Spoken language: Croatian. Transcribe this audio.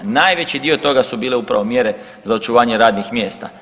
Najveći dio toga su bile upravo mjere za očuvanje radnih mjesta.